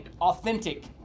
authentic